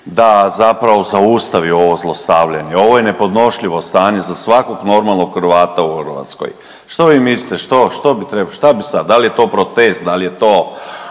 da zapravo zaustavi ovo zlostavljanje? Ovo je nepodnošljivo stanje za svakog normalnog Hrvata u Hrvatskoj. Što vi mislite što, što, šta bi sad da li je to protest, da li je to